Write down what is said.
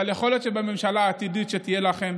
אבל יכול להיות שבממשלה העתידית שתהיה לכם